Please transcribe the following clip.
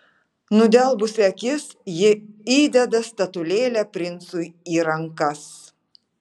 nudelbusi akis ji įdeda statulėlę princui į rankas